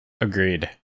Agreed